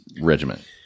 regiment